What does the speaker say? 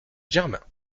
germain